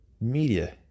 media